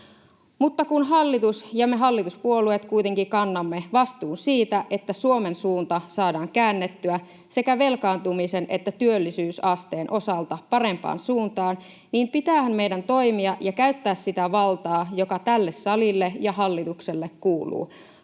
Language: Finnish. Mutta kun hallitus ja me hallituspuolueet kuitenkin kannamme vastuun siitä, että Suomen suunta saadaan käännettyä sekä velkaantumisen että työllisyysasteen osalta parempaan suuntaan, niin pitäähän meidän toimia ja käyttää sitä valtaa, joka tälle salille ja hallitukselle kuuluu,